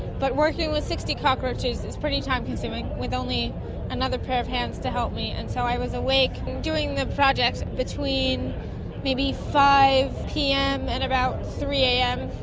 but working with sixty cockroaches is pretty time consuming with only another pair of hands to help me. and so i was awake doing the project between maybe five pm and about three am,